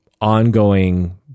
ongoing